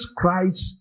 Christ